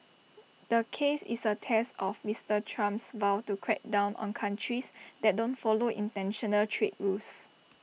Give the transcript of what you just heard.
the case is A test of Mister Trump's vow to crack down on countries that don't follow International trade rules